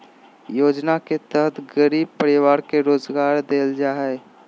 योजना के तहत गरीब परिवार के रोजगार देल जा हइ